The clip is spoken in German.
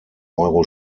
euro